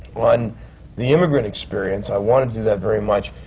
on the immigrant experience, i wanted to do that very much,